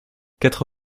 quatre